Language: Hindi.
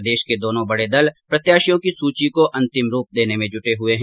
प्रदेश के दोनों बड़े दल प्रत्याशियों की सूची को अंतिम रूप देने में जुटे हुए है